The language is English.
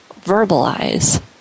verbalize